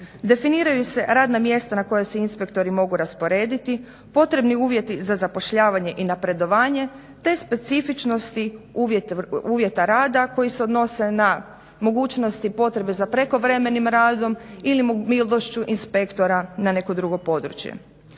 Definiraju se radna mjesta na koja se inspektori mogu rasporediti, potrebni uvjeti za zapošljavanje i napredovanje te specifičnosti uvjeta rada koji se odnose na mogućnosti i potrebe za prekovremenim radom ili …/Govornik se ne razumije./… inspektora na neko drugo područje.